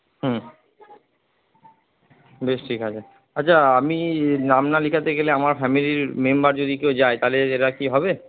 হুম বেশ ঠিক আছে আচ্ছা আমি নাম না লেখাতে গেলে আমার ফ্যামিলির মেম্বার যদি কেউ যায় তাহলে সেটা কি হবে